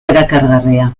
erakargarria